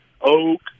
oak